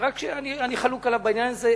רק שאני חלוק עליו בעניין הזה,